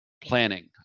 planning